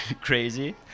crazy